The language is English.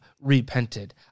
repented